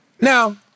now